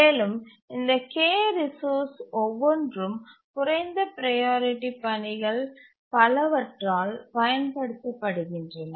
மேலும் இந்த k resource ஒவ்வொன்றும் குறைந்த ப்ரையாரிட்டி பணிகள் பலவற்றால் பயன்படுத்தப்படுகின்றன